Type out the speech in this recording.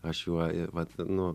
aš juo vat nu